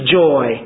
joy